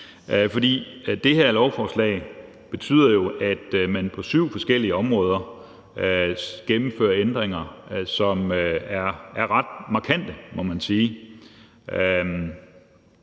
det her lovforslag betyder jo, at man på syv forskellige områder gennemfører ændringer, som er ret markante,